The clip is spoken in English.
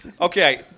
Okay